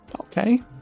Okay